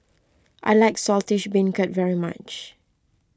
I like Saltish Beancurd very much